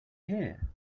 here